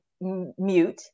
mute